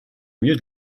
mieux